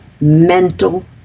mental